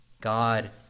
God